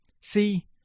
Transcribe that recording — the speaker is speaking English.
See